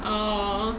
aww